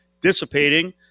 dissipating